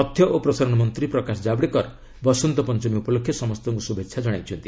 ତଥ୍ୟ ଓ ପ୍ରସାରଣମନ୍ତ୍ରୀ ପ୍ରକାଶ ଜାବଡେକର ବସନ୍ତ ପଞ୍ଚମୀ ଉପଲକ୍ଷେ ସମସ୍ତଙ୍କୁ ଶୁଭେଚ୍ଛା ଜଣାଇଛନ୍ତି